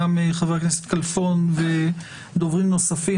גם מחבר הכנסת כלפון ומדוברים נוספים,